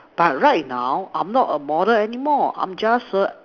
but right now I'm not a model anymore I'm just a